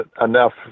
enough